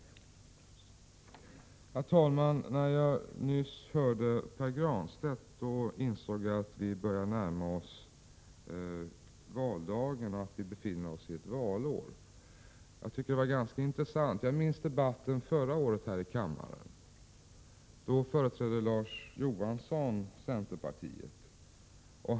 Herr talman! När jag nyss hörde Pär Granstedt insåg jag att det är valår och 105 att vi börjar närma oss valdagen. Det var ganska intressant. Jag minns debatten förra året här i kammaren. Då företrädde Larz Johansson centerpartiet.